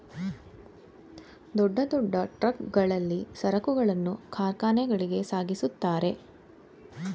ದೊಡ್ಡ ದೊಡ್ಡ ಟ್ರಕ್ ಗಳಲ್ಲಿ ಸರಕುಗಳನ್ನು ಕಾರ್ಖಾನೆಗಳಿಗೆ ಸಾಗಿಸುತ್ತಾರೆ